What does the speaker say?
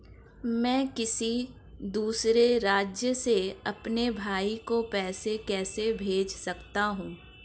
मैं किसी दूसरे राज्य से अपने भाई को पैसे कैसे भेज सकता हूं?